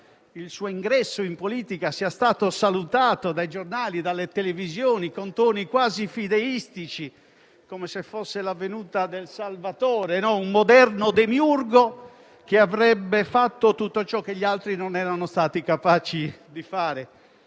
il suo ingresso in politica sia stato salutato dai giornali e dalle televisioni con toni quasi fideistici, come se fosse la venuta del salvatore o di un moderno demiurgo, che avrebbe fatto tutto ciò che gli altri non erano stati capaci di fare.